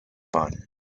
fun